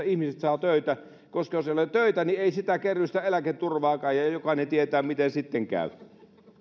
ihmiset saavat töitä koska jos ei ole töitä niin ei kerry sitä eläketurvaakaan ja ja jokainen tietää miten sitten käy